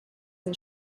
and